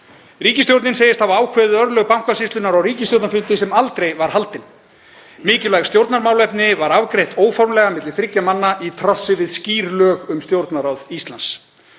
Ríkisstjórnin segist hafa ákveðið örlög Bankasýslunnar á ríkisstjórnarfundi sem aldrei var haldinn. Mikilvægt stjórnarmálefni var afgreitt óformlega milli þriggja manna í trássi við skýr lög um Stjórnarráð Íslands.